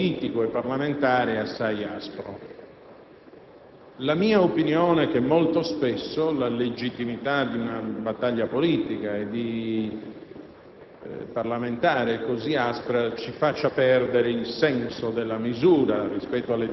Stiamo facendo una discussione, colleghe e colleghi, molto difficile, su un tema complesso, in un clima di scontro politico e parlamentare assai aspro.